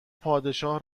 پادشاه